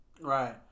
Right